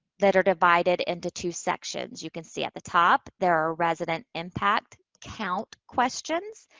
that are divided into two sections. you can see at the top there are resident impact count questions.